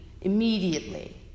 immediately